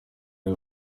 ari